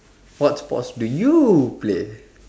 what sports do you play